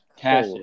Cash